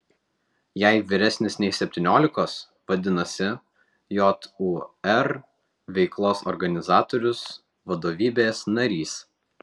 jei vyresnis nei septyniolikos vadinasi jūr veiklos organizatorius vadovybės narys